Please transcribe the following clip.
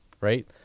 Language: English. right